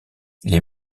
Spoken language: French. les